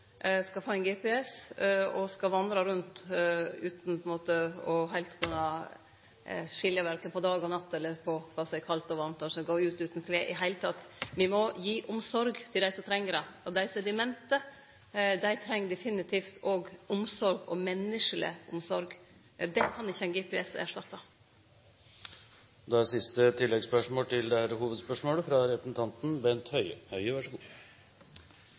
skal få GPS, og at dei skal vandre rundt utan heilt å kunne skilje mellom dag eller natt, mellom kva som er kaldt og varmt, eller gå ut utan klede. I det heile, me må gi omsorg til dei som treng det, og dei som er demente, treng definitivt omsorg – og menneskeleg omsorg. Det kan ikkje GPS erstatte. Bent Høie – til oppfølgingsspørsmål. Statsråden snakker varmt om rehabilitering, og det